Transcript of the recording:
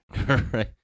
right